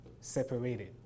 separated